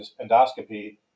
endoscopy